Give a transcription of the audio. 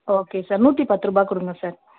okay sir நூற்றி பத்துரூபா கொடுங்க சார்